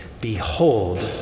Behold